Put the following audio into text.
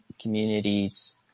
communities